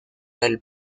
del